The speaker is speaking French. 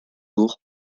lourds